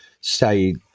say